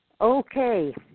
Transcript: okay